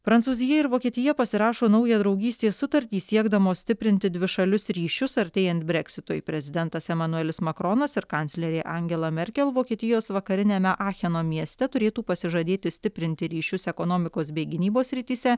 prancūzija ir vokietija pasirašo naują draugystės sutartį siekdamos stiprinti dvišalius ryšius artėjant breksitui prezidentas emanuelis makronas ir kanclerė angela merkel vokietijos vakariniame acheno mieste turėtų pasižadėti stiprinti ryšius ekonomikos bei gynybos srityse